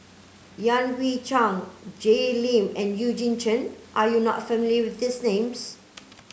Yan Hui Chang Jay Lim and Eugene Chen are you not familiar with these names